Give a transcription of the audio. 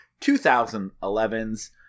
2011's